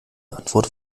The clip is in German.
antwort